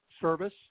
service